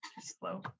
Slow